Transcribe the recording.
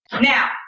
Now